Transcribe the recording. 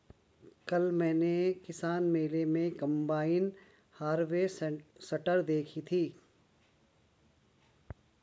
कल मैंने किसान मेले में कम्बाइन हार्वेसटर देखी थी